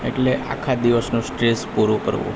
એટલે આખા દિવસનો સ્ટ્રેસ પૂરો કરવો